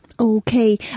Okay